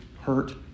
hurt